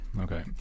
Okay